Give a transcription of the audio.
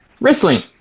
wrestling